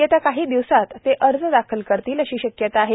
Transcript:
येत्या काही दिवसात ते अर्ज दाखल करतील अशी शक्यता आहे